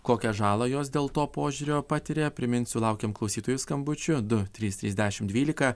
kokią žalą jos dėl to požiūrio patiria priminsiu laukiam klausytojų skambučių du trys trys dešimt dvylika